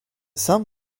some